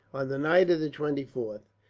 on the night of the twenty fourth,